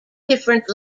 different